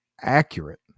accurate